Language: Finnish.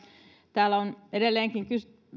täällä on edelleenkin